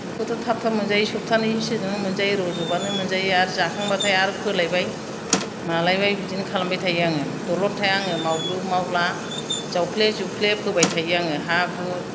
बेखौथ' थाब थाब मोनजायो सब्थानैसोजोंनो मोनजायो रज'बानो मोनजायो आरो जाखांबाथाय आरो फोलायबाय मालायबाय बिदिनो खालामबाय थायो आङो दलद थाया आङो मावलु मावला जावफ्ले जुफ्ले फोबाय थायो आङो हा हु